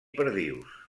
perdius